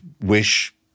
wish